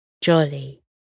Jolly